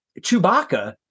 Chewbacca